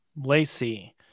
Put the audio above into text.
Lacey